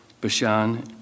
Bashan